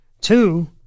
Two